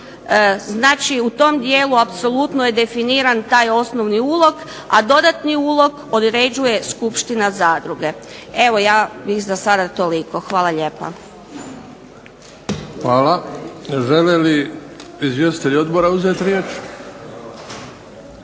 Znači u tom dijelu apsolutno je definiran taj osnovni ulog. A dodatni ulog određuje Skupština zadruge. Evo ja bih za sada toliko. Hvala lijepo. **Bebić, Luka (HDZ)** Hvala. Žele li izvjestitelji odbora uzeti riječ?